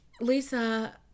Lisa